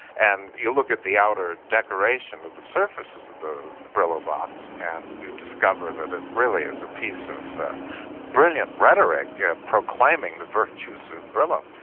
and you look at the outer decoration of the surfaces of the brillo box and you discover that it really is a piece of brilliant rhetoric yeah proclaiming the virtues of brillo.